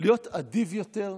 להיות אדיב יותר בניצחון.